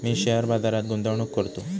मी share बाजारात गुंतवणूक करतो